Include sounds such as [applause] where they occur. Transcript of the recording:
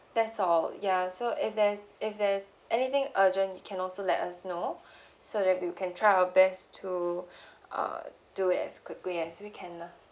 that's all ya so if there's if there's anything urgent you can also let us know [breath] so that we can try our best to [breath] uh do it as quickly as w can lah